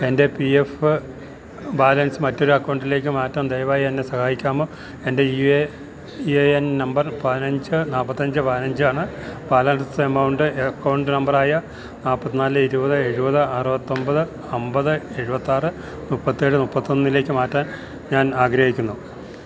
എന്റെ P F balance മറ്റൊരു അക്കൗണ്ടിലേക്ക് മാറ്റാൻ ദയവായി എന്നെ സഹായിക്കാമോ എന്റെ യു എ എൻ നമ്പർ പതിനഞ്ച് നാല്പ്പത്തിയഞ്ച് പതിനഞ്ചാണ് ബാലൻസ് എമൗണ്ട് അക്കൗണ്ട് നമ്പറായ നാല്പ്പത്തിനാല് ഇരുപത് എഴുപത് അറുപത്തിയൊമ്പത് അമ്പത് എഴുപത്തിയാറ് മുപ്പത്തിയേഴ് മുപ്പത്തിയൊന്നിലേക്ക് മാറ്റാൻ ഞാനാഗ്രഹിക്കുന്നു